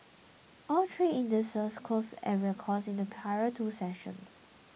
all three indices closed at records in the prior two sessions